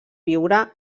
viure